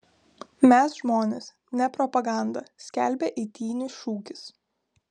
mes žmonės ne propaganda skelbia eitynių šūkis